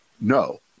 no